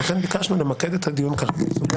לכן ביקשנו למקד את הדיון כאן בסוגיית הביקורת השיפוטית.